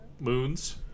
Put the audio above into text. Moons